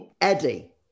eddie